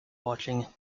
watching